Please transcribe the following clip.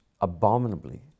abominably